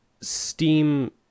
steam